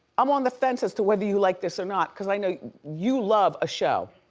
i'm on the fence as to whether you like this or not, cause i know you love a show,